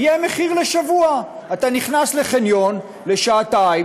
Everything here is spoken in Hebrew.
יהיה מחיר לשבוע: אתה נכנס לחניון לשעתיים,